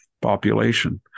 population